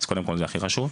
קודם כול זה הכי חשוב.